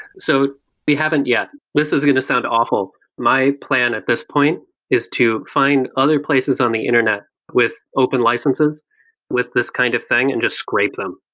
so we haven't yet. this is going to sound awful. my plan at this point is to find other places on the internet with open licenses with this kind of thing and just scrape them.